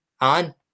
on